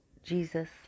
Jesus